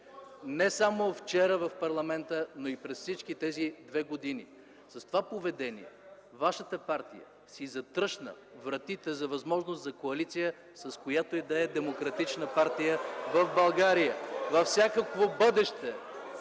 не само вчера в парламента, но и през тези две години. С това поведение вашата партия си затръшна вратите за възможност за коалиция с която и да е демократична партия в България във всякакво бъдеще!